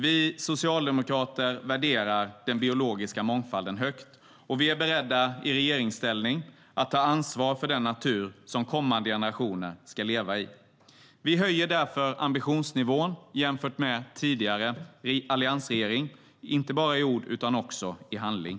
Vi socialdemokrater värderar den biologiska mångfalden högt, och vi är beredda att i regeringsställning ta ansvar för den natur som kommande generationer ska leva i. Vi höjer därför vår ambitionsnivå jämfört med den tidigare alliansregeringens, inte bara i ord utan också i handling.